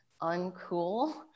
uncool